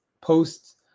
posts